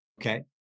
Okay